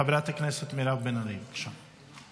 חברת הכנסת מירב בן ארי, בבקשה.